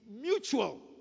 mutual